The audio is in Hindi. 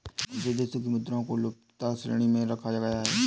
बहुत से देशों की मुद्राओं को लुप्तता की श्रेणी में रखा गया है